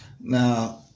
Now